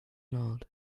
nod